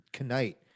Knight